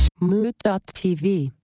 Mood.tv